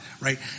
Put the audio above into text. right